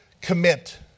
commit